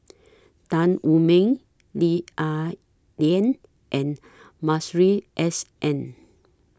Tan Wu Meng Lee Ah Lian and Masuri S N